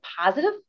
positive